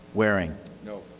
waring no.